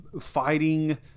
fighting